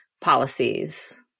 policies